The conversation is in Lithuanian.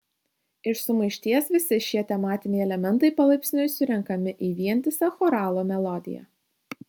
iš sumaišties visi šie tematiniai elementai palaipsniui surenkami į vientisą choralo melodiją